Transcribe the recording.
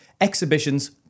exhibitions